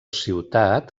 ciutat